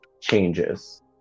changes